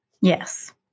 Yes